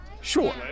Sure